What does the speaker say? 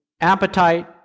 appetite